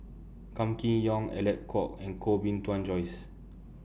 Kam Kee Yong Alec Kuok and Koh Bee Tuan Joyce